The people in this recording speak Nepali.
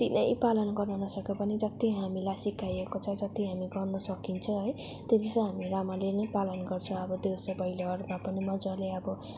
जति नै पालन गर्नु नसके पनि जति हामीलाई सिकाइएको छ जति हामी गर्नु सकिन्छ है त्यति चाहिँ हामी राम्ररीनै पालन गर्छ अब देउसे भैलोहरूमा पनि मजाले अब